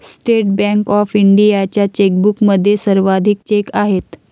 state bank of इंडियाच्या चेकबुकमध्ये सर्वाधिक चेक आहेत